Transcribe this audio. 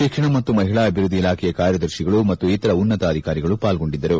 ಶಿಕ್ಷಣ ಮತ್ತು ಮಹಿಳಾ ಅಭಿವೃದ್ದಿ ಇಲಾಖೆಯ ಕಾರ್ಯದರ್ತಿಗಳು ಮತ್ತು ಇತರ ಉನ್ನತಾಧಿಕಾರಿಗಳು ಪಾಲ್ಗೊಂಡಿದ್ದರು